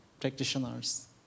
practitioners